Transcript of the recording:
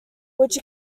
which